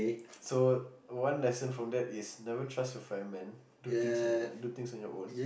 so one lesson from that is never trust your fireman do things on yout on your own